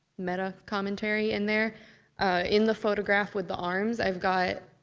meta commentary in there in the photograph with the arms, i've got,